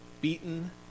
beaten